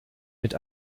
mit